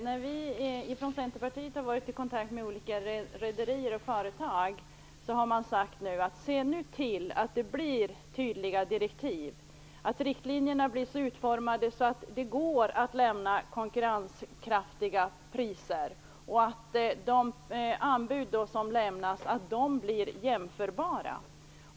När vi i Centerpartiet har varit i kontakt med olika rederier och företag har de sagt: Se nu till att det blir tydliga direktiv, att riktlinjerna blir så utformade att det går att lämna konkurrenskraftiga priser och att de anbud som lämnas blir jämförbara!